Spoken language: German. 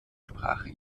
sprache